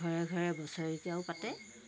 ঘৰে ঘৰে বছৰেকীয়াও পাতে